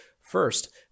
First